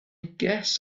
guess